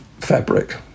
fabric